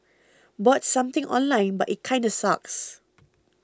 bought something online but it kinda sucks